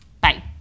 bye